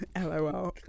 LOL